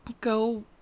go